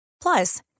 Plus